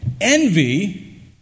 envy